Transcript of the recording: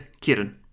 Kieran